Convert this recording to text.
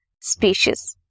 species